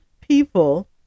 people